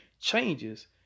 changes